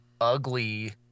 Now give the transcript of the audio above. ugly